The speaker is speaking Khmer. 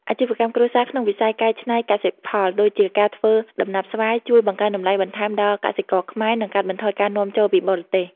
អាជីវកម្មគ្រួសារក្នុងវិស័យកែច្នៃកសិផល ដូចជាការធ្វើដំណាប់ស្វាយ ជួយបង្កើនតម្លៃបន្ថែមដល់កសិករខ្មែរ និងកាត់បន្ថយការនាំចូលពីបរទេស។